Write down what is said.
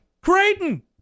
Creighton